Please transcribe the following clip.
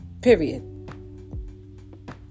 period